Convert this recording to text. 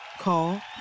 Call